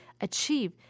achieve